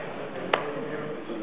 הם חושבים שבכנסת באים להתנשק כל